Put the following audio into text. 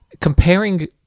Comparing